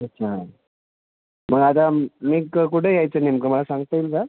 अच्छा मग आता नेमकं कुठे यायचं नेमकं मला सांगता येईल का